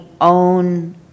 own